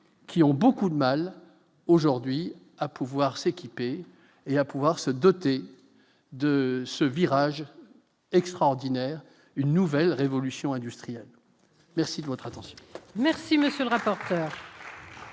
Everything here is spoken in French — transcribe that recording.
qui ont beaucoup de mal aujourd'hui à pouvoir s'équiper et à pouvoir se doter de ce virage extraordinaire, une nouvelle révolution industrielle, merci de votre attention. Merci monsieur le rapport.